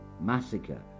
massacre